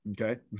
okay